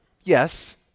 yes